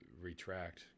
retract